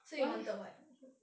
so you wanted what